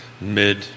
mid